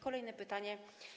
Kolejne pytanie.